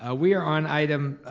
ah we are on item